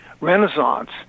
Renaissance